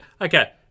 okay